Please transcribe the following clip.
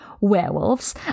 werewolves